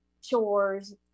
chores